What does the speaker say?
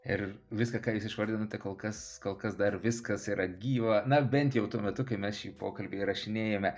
ir viską ką jūs išvardinote kol kas kol kas dar viskas yra gyva na bent jau tuo metu kai mes šį pokalbį įrašinėjame